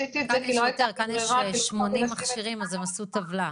כאן יש יותר, יש כ-80 מכשירים אז הם עשו טבלה.